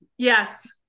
Yes